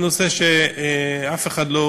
זה נושא שאף אחד לא